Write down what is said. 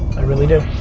i really do.